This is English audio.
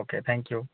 okay thank you